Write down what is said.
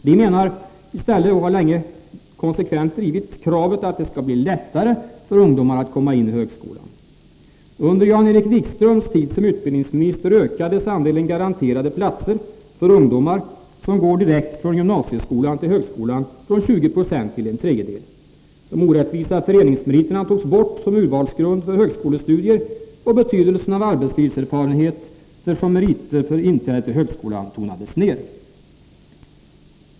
Vi har länge och konsekvent drivit kravet att det i stället skall bli lättare för ungdomar att komma in i högskolan. Under Jan-Erik Wikströms tid som utbildningsminister ökades andelen garanterade platser för ungdomar som går direkt från gymnasieskolan till högskolan från 20 4 till en tredjedel. De orättvisa föreningsmeriterna togs bort som urvalsgrund för högskolestudier, och betydelsen av arbetslivserfarenheter som meriter för inträde till högskolan tonades ner.